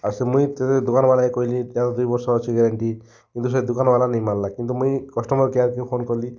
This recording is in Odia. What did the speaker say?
ଆର୍ ସେ ମୁଇଁ ତ ଦୁକାନ୍ମାନେ କହିଲି ତାର୍ ଆଉ ଦୁଇ ବର୍ଷ ଅଛି ଗ୍ୟାରେଣ୍ଟି ସେ ଦୁକୀନ୍ବାଲା ନାଇ ମାନିଲା କିନ୍ତୁ ମୁଇଁ କଷ୍ଟମର୍ କେୟାର୍ କେ ଫୋନ୍ କଲି